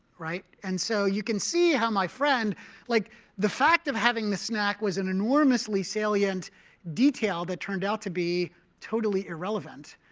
and so you can see how my friend like the fact of having the snack was an enormously salient detail that turned out to be totally irrelevant.